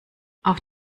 auf